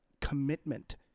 commitment